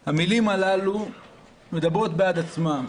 // המילים הללו מדברות בעד עצמן,